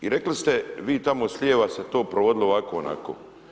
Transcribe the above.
I rekli ste vi tamo s lijeva se to provodilo ovako onako.